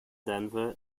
denver